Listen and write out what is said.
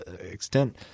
extent